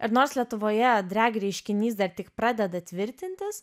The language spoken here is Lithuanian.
ir nors lietuvoje drag reiškinys dar tik pradeda tvirtintis